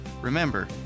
Remember